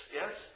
yes